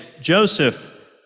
Joseph